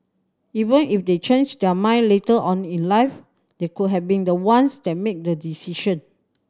even if they change their mind later on in life they could have been the ones that made the decision